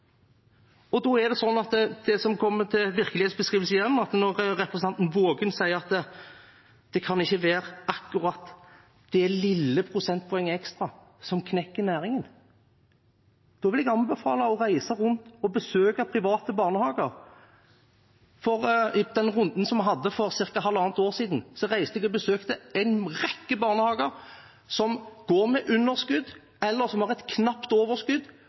er det, når det gjelder virkelighetsbeskrivelsen, slik at når representanten Waagen sier at det ikke kan være akkurat det lille prosentpoenget ekstra som knekker næringen, vil jeg anbefale henne å reise rundt og besøke private barnehager. I forbindelse med den runden vi hadde for ca. halvannet år siden, reiste jeg og besøkte en rekke barnehager som går med underskudd, eller som har et knapt overskudd,